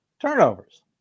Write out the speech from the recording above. turnovers